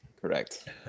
Correct